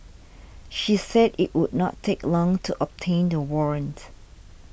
she said it would not take long to obtain the warrant